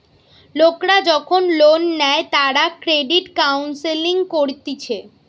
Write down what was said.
লোকরা যখন লোন নেই তারা ক্রেডিট কাউন্সেলিং করতিছে